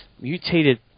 mutated